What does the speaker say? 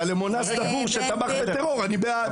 אבל למונאס דבור שתמך בטרור אני בעד.